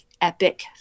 epic